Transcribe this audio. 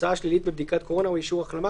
תוצאה שלילית בבדיקת קורונה או אישור החלמה,